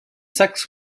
saxe